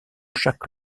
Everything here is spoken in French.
chaque